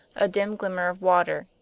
a dim glimmer of water,